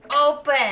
open